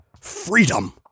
freedom